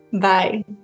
Bye